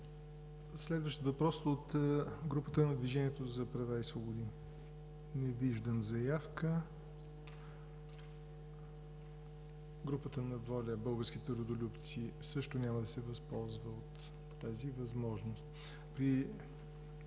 Следващ въпрос от групата на „Движение за права и свободи“? Не виждам заявка. Групата на „ВОЛЯ – Българските Родолюбци“ също няма да се възползва от тази възможност. С